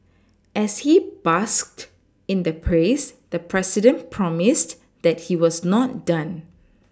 as he basked in the praise the president promised that he was not done